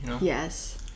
Yes